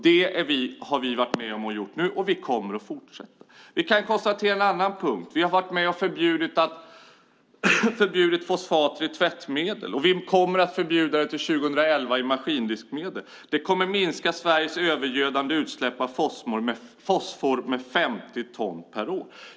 Det har vi varit med och gjort nu, och vi kommer att fortsätta. Vi kan konstatera en annan punkt. Vi har varit med och förbjudit fosfater i tvättmedel, och vi kommer att förbjuda det i maskindiskmedel 2011. Detta kommer att minska Sveriges övergödande utsläpp av fosfor med 50 ton per år.